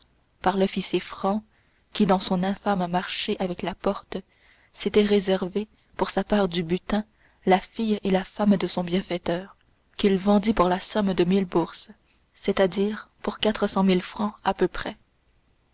par l'officier franc qui dans son infâme marché avec la porte s'était réservé pour sa part de butin la fille et la femme de son bienfaiteur qu'il vendit pour la somme de mille bourses c'est-à-dire pour quatre cent mille francs à peu près